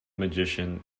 magician